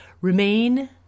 remain